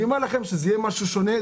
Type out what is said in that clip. אני אומר לכם שזה יהיה דבר שונה,